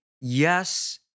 Yes